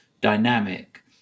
dynamic